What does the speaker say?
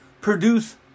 produce